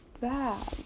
bad